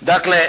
Dakle